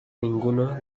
ninguno